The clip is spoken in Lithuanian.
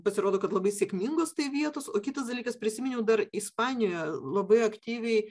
pasirodo kad labai sėkmingos tai vietos o kitas dalykas prisiminiau dar ispanijoje labai aktyviai